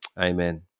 Amen